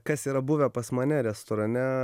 kas yra buvę pas mane restorane